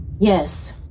Yes